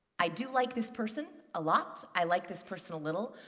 i do like this person a lot, i like this person a little,